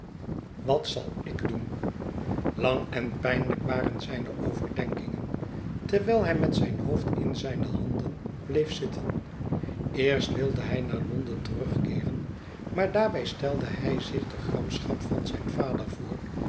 wat zal ik doen lang en pijnlijk waren zijne overdenkingen terwijl hij met zijn hoofd in zijne handen bleef zitten eerst wilde hij naar londen terugkeeren maar daarbij stelde hij zich de gramschap van zijn vader voor